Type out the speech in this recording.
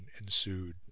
ensued